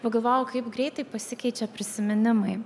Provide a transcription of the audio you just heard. pagalvojau kaip greitai pasikeičia prisiminimai